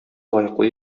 лаеклы